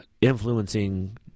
influencing